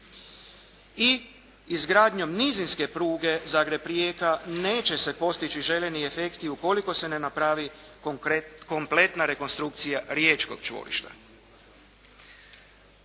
I izgradnjom nizinske pruge Zagreb-Rijeka neće se postići željezni efekti ukoliko se ne napravi kompletna rekonstrukcija riječkog čvorišta.